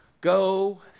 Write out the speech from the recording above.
go